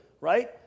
right